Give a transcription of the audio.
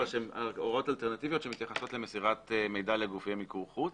אבל שהן הוראות אלטרנטיביות שמתייחסות למסירת מידע לגופי מיקור חוץ.